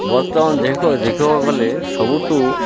ବର୍ତ୍ତମାନ ଦେଖ ଦେଖିବାକୁ ଗଲେ ସବୁଠୁ